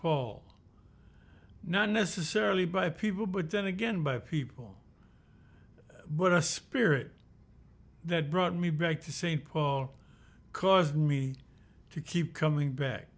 paul not necessarily by people but then again by people but a spirit that brought me back to st paul caused me to keep coming back